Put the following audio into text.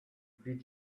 bit